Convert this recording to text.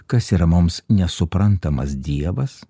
kas yra mums nesuprantamas dievas